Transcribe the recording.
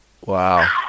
Wow